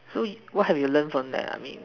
so you what have you learnt from that I mean